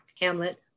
Hamlet